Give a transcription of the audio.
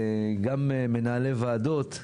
שגם מנהלי ועדות,